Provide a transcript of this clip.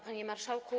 Panie Marszałku!